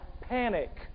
panic